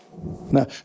Now